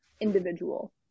individual